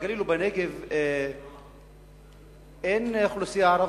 שבגליל ובנגב אין אוכלוסייה ערבית,